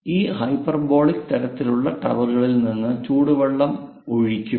ഈ ഹൈപ്പർബോളിക് തരത്തിലുള്ള ടവറുകളിൽ നിന്ന് ചൂടുവെള്ളം ഒഴിക്കും